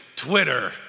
Twitter